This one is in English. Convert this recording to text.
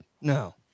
No